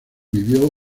vivió